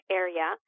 area